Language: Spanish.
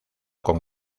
con